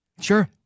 Sure